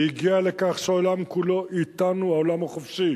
היא הגיעה לכך שהעולם כולו אתנו, העולם החופשי,